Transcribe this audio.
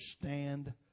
stand